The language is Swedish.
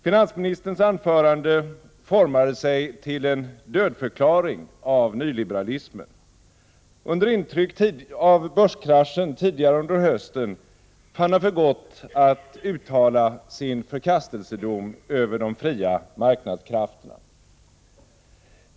Finansministerns anförande formade sig till en dödförklaring av nyliberalismen. Under intryck av börskraschen tidigare under hösten fann han för gott att uttala sin förkastelsedom över de fria marknadskrafterna.